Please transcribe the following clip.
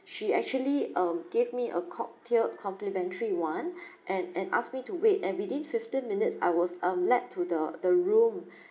she actually um gave give me a cocktail complimentary [one] and and asked me to wait and within fifteen minutes I was um led to the the room